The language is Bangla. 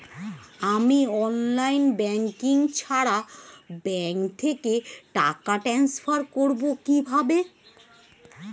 আমি অনলাইন ব্যাংকিং ছাড়া ব্যাংক থেকে টাকা ট্রান্সফার করবো কিভাবে?